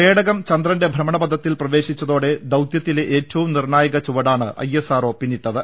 പേടകം ചന്ദ്രന്റെ ഭ്രമണപഥത്തിൽ പ്രവേശിച്ചതോടെ ദൌത്യത്തിലെ ഏറ്റവും നിർണായക ചുവടാണ് ഐഎസ്ആർഒ പിന്നിട്ടത്